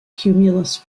cumulus